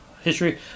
history